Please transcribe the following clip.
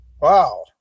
Wow